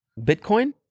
Bitcoin